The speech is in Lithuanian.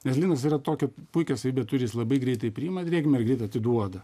nes linas yra tokia puikią savybę turi jis labai greitai priima drėgmę ir greit atiduoda